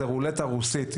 זו רולטה רוסית.